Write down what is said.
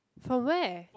from where